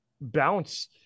bounce